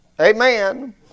Amen